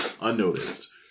unnoticed